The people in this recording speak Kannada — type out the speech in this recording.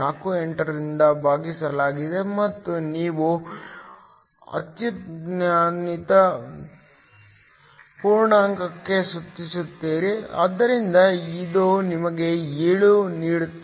48 ರಿಂದ ಭಾಗಿಸಲಾಗಿದೆ ಮತ್ತು ನೀವು ಅತ್ಯುನ್ನತ ಪೂರ್ಣಾಂಕಕ್ಕೆ ಸುತ್ತುತ್ತೀರಿ ಆದ್ದರಿಂದ ಇದು ನಿಮಗೆ 7 ನೀಡುತ್ತದೆ